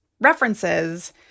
references